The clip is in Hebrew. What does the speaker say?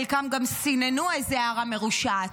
חלקם גם סיננו איזו הערה מרושעת.